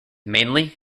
mainly